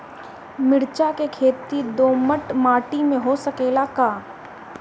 मिर्चा के खेती दोमट माटी में हो सकेला का?